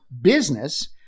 business